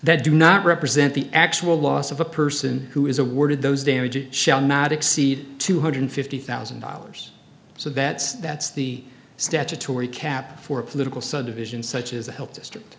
that do not represent the actual loss of a person who is awarded those damages shall not exceed two hundred fifty thousand dollars so that's that's the statutory cap for political subdivision such as help district